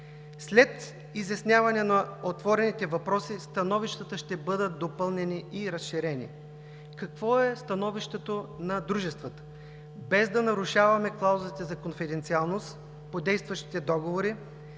След изясняване на отворените въпроси, становищата ще бъдат допълнени и разширени. Какво е становището на дружествата? Без да нарушаваме клаузите за конфиденциалност по действащите договори,